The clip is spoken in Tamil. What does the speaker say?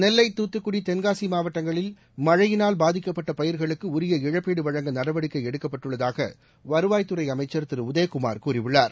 நெல்லை தூத்துக்குடி தென்காசிமாவட்டங்களில் மழையினால் பாதிக்கப்பட்டபயிர்களுக்குஉரிய இழப்பீடுவழங்க நடவடிக்கைஎடுக்கப்பட்டுள்ளதாகவருவாய்த் துறைஅமைச்சர் திருஉதயகுமார் கூறியுள்ளார்